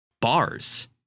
Bars